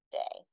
day